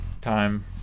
time